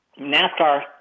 NASCAR